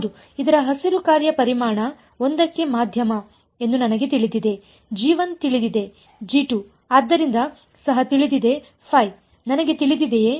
ಹೌದು ಇದರ ಹಸಿರು ಕಾರ್ಯ ಪರಿಮಾಣ 1 ಕ್ಕೆ ಮಾಧ್ಯಮ ಎಂದು ನನಗೆ ತಿಳಿದಿದೆ g1 ತಿಳಿದಿದೆ g2 ಆದ್ದರಿಂದ ಸಹ ತಿಳಿದಿದೆ ನನಗೆ ತಿಳಿದಿದೆಯೇ